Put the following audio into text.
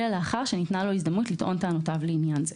אלא לאחר שניתנה לו הזדמנות לטעון טענותיו לעניין זה.